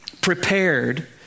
prepared